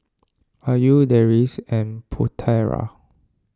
Ayu Deris and Putera